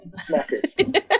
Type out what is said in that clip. Smackers